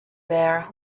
there